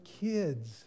kids